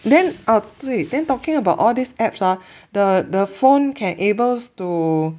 then uh 对 then talking about all these apps ah the the phone can able too